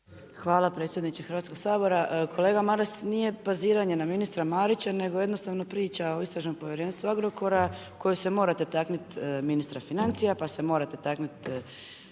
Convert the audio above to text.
Hvala predsjedniče Hrvatskog sabora. Kolega Maras nije pozivanje na ministra Marića, nego jednostavno priča o istražnom povjerenstvu Agrokora koje se morate taknit ministra financija, pa se morate taknit